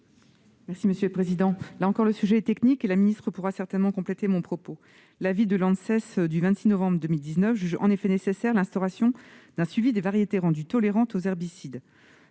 de la commission ? Là encore, le sujet est technique, et la ministre pourra certainement compléter mon propos. L'avis de l'Anses du 26 novembre 2019 juge nécessaire l'instauration d'un suivi des variétés rendues tolérantes aux herbicides.